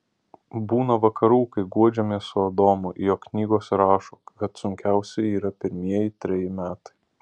būna vakarų kai guodžiamės su adomu jog knygose rašo kad sunkiausi yra pirmieji treji metai